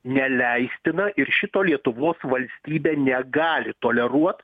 neleistina ir šito lietuvos valstybė negali toleruot